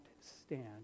stand